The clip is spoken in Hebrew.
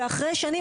ואחרי שנים,